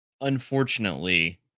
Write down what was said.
unfortunately